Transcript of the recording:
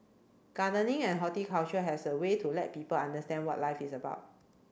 gardening and horticulture has a way to let people understand what life is about